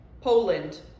Poland